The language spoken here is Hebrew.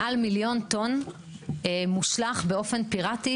מעל מיליון טון מושלך באופן פיראטי,